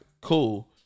cool